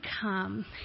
come